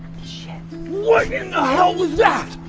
shit. what in the hell was that?